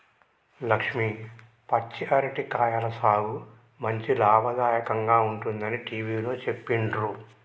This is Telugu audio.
లక్ష్మి పచ్చి అరటి కాయల సాగు మంచి లాభదాయకంగా ఉంటుందని టివిలో సెప్పిండ్రు